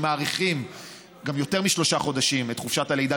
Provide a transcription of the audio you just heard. מאריכים גם ביותר משלושה חודשים את חופשת הלידה,